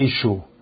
issue